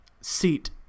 seat